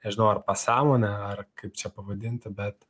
nežinau ar pasąmonę ar kaip čia pavadinti bet